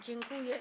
Dziękuję.